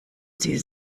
sie